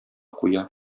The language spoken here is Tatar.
куя